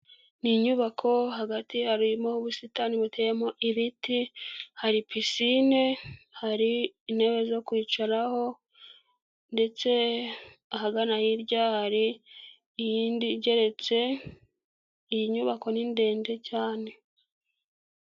Ni inyubako hagati harimo ubusitani buteyemo ibiti, hari pisine, hari intebe zo kwicaraho ndetse ahagana hirya hari iyindi igeretse, iyi nyubako ni ndende cyane.